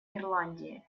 ирландии